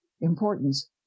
importance